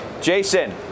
Jason